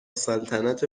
سلطنت